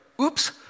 oops